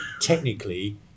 technically